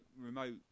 remote